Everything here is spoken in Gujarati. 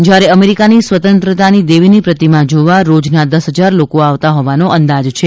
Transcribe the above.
જયારે અમેરિકાની સ્વતંત્રતાની દેવીની પ્રતિમા જોવા રોજના દસ હજાર લોકો આવતા હોવાનો અંદાજ છે